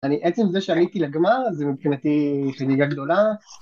אני, עצם זה שעליתי לגמר זה מבחינתי חגיגה גדולה